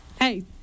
Hey